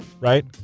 Right